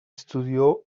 estudió